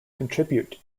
contribute